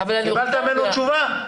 קיבלת ממנו תשובה?